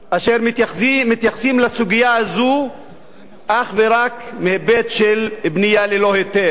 אשר מתייחסים לסוגיה הזאת אך ורק מהיבט של בנייה ללא היתר,